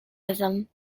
rhythm